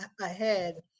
ahead